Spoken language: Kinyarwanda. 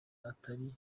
atari